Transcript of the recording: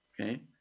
okay